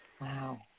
Wow